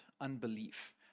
unbelief